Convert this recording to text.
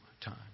time